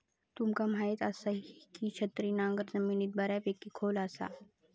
तुमका म्हायत आसा, की छिन्नी नांगर जमिनीत बऱ्यापैकी खोल जाता